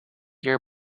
year